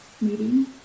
meeting